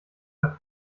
der